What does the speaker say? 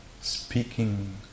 speaking